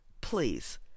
Please